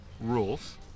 rules